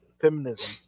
feminism